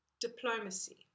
diplomacy